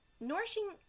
Nourishing